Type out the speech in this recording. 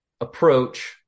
approach